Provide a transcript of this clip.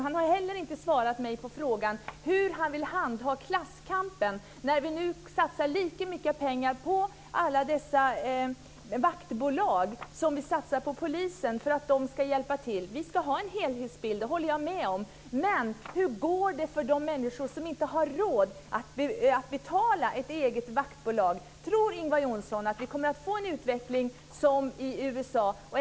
Han har heller inte svarat mig på frågan hur han vill handha klasskampen, nu när vi satsar lika mycket pengar på alla dessa vaktbolag som vi satsar på polisen för att de ska hjälpa till. Vi ska ha en helhetsbild; det håller jag med om. Men hur går det för de människor som inte har råd att betala ett eget vaktbolag? Tror Ingvar Johnsson att vi kommer att få en utveckling som den i USA?